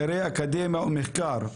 בכירי אקדמיה ומחקר,